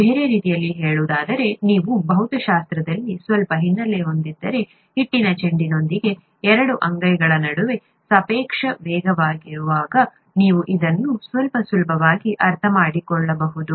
ಬೇರೆ ರೀತಿಯಲ್ಲಿ ಹೇಳುವುದಾದರೆ ನೀವು ಭೌತಶಾಸ್ತ್ರದಲ್ಲಿ ಸ್ವಲ್ಪ ಹಿನ್ನೆಲೆ ಹೊಂದಿದ್ದರೆ ಹಿಟ್ಟಿನ ಚೆಂಡಿನೊಂದಿಗೆ ಎರಡು ಅಂಗೈಗಳ ನಡುವೆ ಸಾಪೇಕ್ಷ ವೇಗವಿರುವಾಗ ನೀವು ಇದನ್ನು ಸ್ವಲ್ಪ ಸುಲಭವಾಗಿ ಅರ್ಥಮಾಡಿಕೊಳ್ಳಬಹುದು